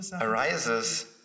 arises